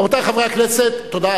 רבותי חברי הכנסת, תודה.